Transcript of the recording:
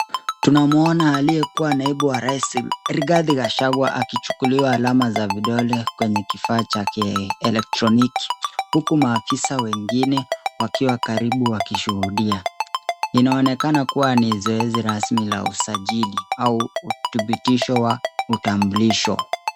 Tunamuona aliyekua naibu wa rais Rigathi Gachagua akichukuliwa alama za vidole kwenye kifaa cha kielektroniki, huku maafisa wengine wakiwa karibu wakishuhudia, inaonekana kuwa ni zoezi rasmi la usajili au uthibitisho wa utambulisho.